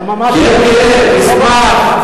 תהיה גאה, תשמח.